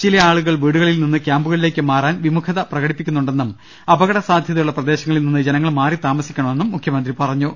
ചിലയാളുകൾ വീടുകളിൽ നിന്ന് ക്യാമ്പുക ളിലേക്ക് മാറാൻ വിമുഖത പ്രകടിപ്പിക്കുന്നുണ്ടെന്നും അപകടസാധ്യതയുള്ള പ്രദേശങ്ങളിൽ നിന്ന് ജനങ്ങൾ മാറിത്താമസിക്കണമെന്നും മുഖ്യമന്ത്രി പറ ഞ്ഞു